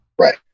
Right